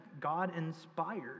God-inspired